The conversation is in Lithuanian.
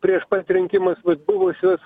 prieš pat rinkimus buvusius